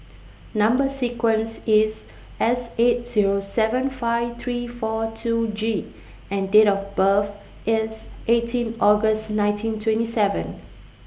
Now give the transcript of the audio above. Number sequence IS S eight Zero seven five three four two G and Date of birth IS eighteen August nineteen twenty seven